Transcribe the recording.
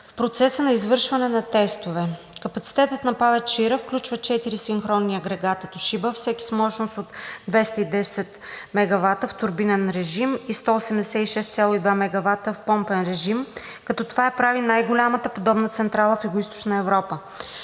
в процеса на извършване на тестове. Капацитетът на ПАВЕЦ „Чаира“ включва четири синхронни агрегата „Тошиба“, всеки с мощност от 210 мегавата в турбинен режим и 186,2 мегавата в помпен режим, като това я прави най-голямата подобна централа в Югоизточна Европа.